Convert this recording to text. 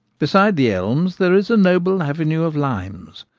besides the elms there is a noble avenue of limes,